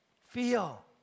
Feel